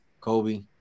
Kobe